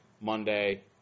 Monday